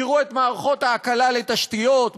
תראו את מערכות ההקלה לתשתיות,